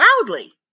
loudly